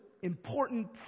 important